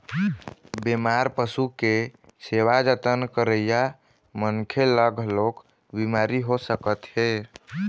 बेमार पशु के सेवा जतन करइया मनखे ल घलोक बिमारी हो सकत हे